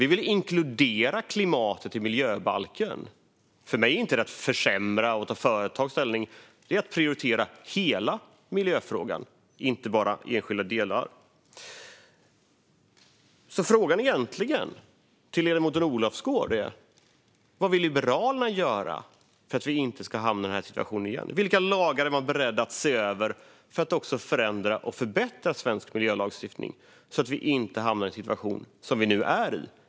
Vi vill inkludera klimatet i miljöbalken. För mig är inte det att försämra och ta ställning för företaget. Det är att prioritera hela miljöfrågan och inte bara enskilda delar. Frågan till ledamoten Olofsgård är egentligen: Vad vill Liberalerna göra för att vi inte ska hamna i den här situationen igen? Vilka lagar är man beredd att se över för att förändra och förbättra svensk miljölagstiftning så att vi inte hamnar i en sådan situation som vi nu är i?